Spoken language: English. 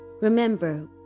Remember